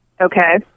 Okay